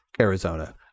Arizona